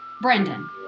Brendan